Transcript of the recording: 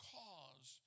cause